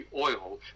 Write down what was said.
oil